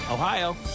Ohio